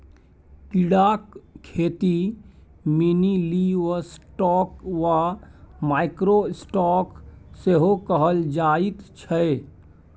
कीड़ाक खेतीकेँ मिनीलिवस्टॉक वा माइक्रो स्टॉक सेहो कहल जाइत छै